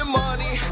money